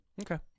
Okay